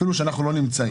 אפילו שאנחנו לא נמצאים.